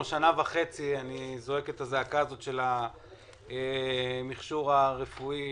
כשנה וחצי זועק את הזעקה של מכשור רפואי